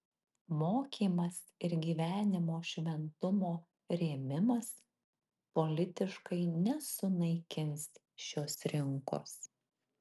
mokymas ir gyvenimo šventumo rėmimas politiškai nesunaikins šios rinkos